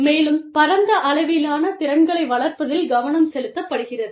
மேலும் பரந்த அளவிலான திறன்களை வளர்ப்பதில் கவனம் செலுத்தப்படுகிறது